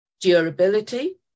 Durability